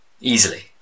Easily